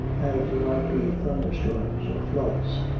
as there might be thunderstorms or floods.